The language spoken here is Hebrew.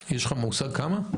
יש לך מושג כמה?